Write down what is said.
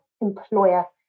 employer